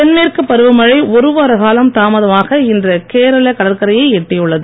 தென்மேற்கு பருவமழை ஒருவார காலம் தாமதமாக இன்று கேரள கடற்கரையை எட்டியுள்ளது